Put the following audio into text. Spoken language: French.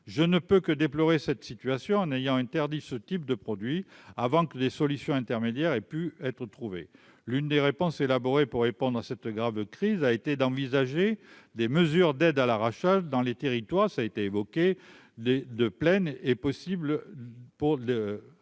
je ne peux que déplorer cette situation en ayant interdit ce type de produits avant que des solutions intermédiaires et pu être trouvé, l'une des réponses élaborées pour répondre à cette grave crise a été d'envisager des mesures d'aide à l'arrachage dans les territoires, ça été évoqué les 2 pleine est possible pour le